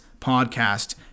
podcast